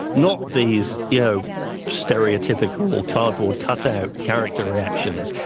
not these, you know stereotypical cardboard cutout character reactions,